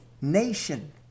nation